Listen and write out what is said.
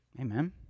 Amen